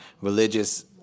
religious